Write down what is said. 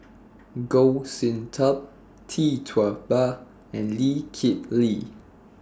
Goh Sin Tub Tee Tua Ba and Lee Kip Lee